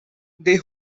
they